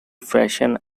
fashion